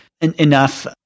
enough